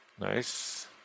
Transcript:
Nice